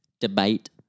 debate